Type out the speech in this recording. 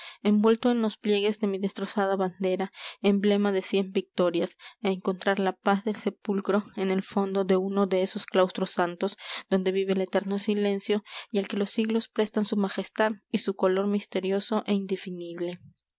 envuelto en los pliegues de mi destrozada bandera emblema de cien victorias á encontrar la paz del sepulcro en el fondo de uno de esos claustros santos donde vive el eterno silencio y al que los siglos prestan su majestad y su color misterioso é indefinible